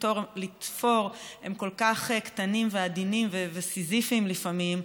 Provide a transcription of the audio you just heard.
לתפור הם כל כך קטנים ועדינים וסיזיפיים לפעמים,